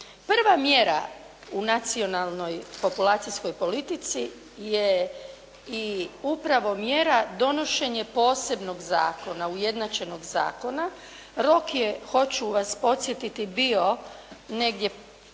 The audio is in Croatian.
Prva mjera u nacionalnoj populacijskoj politici je i upravo mjera donošenje posebnog zakona, ujednačenog zakona, rok je, hoću vas podsjetiti bio negdje